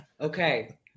Okay